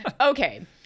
Okay